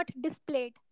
displayed